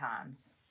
times